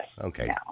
Okay